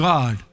God